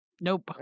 Nope